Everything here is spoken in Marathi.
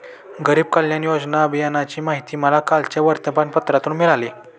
गरीब कल्याण योजना अभियानाची माहिती मला कालच्या वर्तमानपत्रातून मिळाली